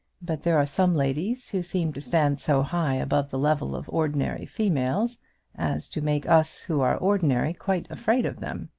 but there are some ladies who seem to stand so high above the level of ordinary females as to make us who are ordinary quite afraid of them.